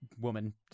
woman